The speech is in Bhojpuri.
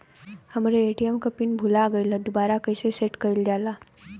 हमरे ए.टी.एम क पिन भूला गईलह दुबारा कईसे सेट कइलजाला?